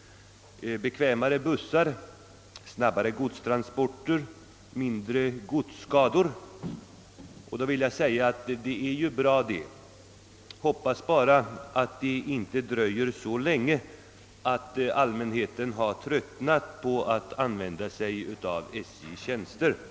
— bekvämare bussar, snabbare godstransporter, färre godsskador — att det är naturligtvis bra. Vi får bara hoppas att dessa förbättringar inte dröjer så länge, att allmänheten redan har tröttnat på att använda sig av SJ:s tjänster.